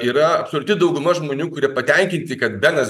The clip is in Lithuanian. yra absoliuti dauguma žmonių kurie patenkinti kad benas